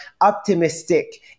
optimistic